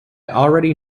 already